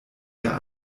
der